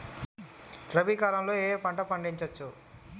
రబీ కాలంలో ఏ ఏ పంట పండించచ్చు?